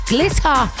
Glitter